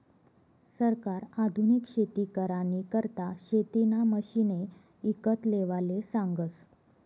सरकार आधुनिक शेती करानी करता शेतीना मशिने ईकत लेवाले सांगस